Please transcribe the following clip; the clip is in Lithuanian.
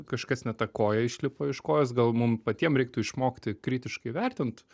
kažkas ne ta koja išlipo iš kojos gal mum patiem reiktų išmokti kritiškai vertint